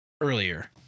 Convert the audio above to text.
earlier